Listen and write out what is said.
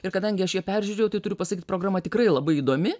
ir kadangi aš ją peržiūrėjau tai turiu pasakyt programa tikrai labai įdomi